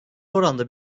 oranda